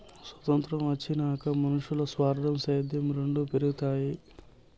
సొతంత్రం వచ్చినాక మనునుల్ల స్వార్థం, సేద్యం రెండు పెరగతన్నాయి